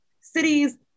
cities